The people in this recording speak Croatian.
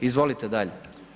Izvolite dalje.